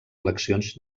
eleccions